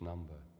Number